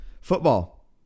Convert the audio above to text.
Football